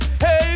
hey